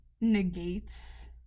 negates